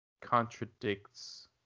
contradicts